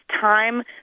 time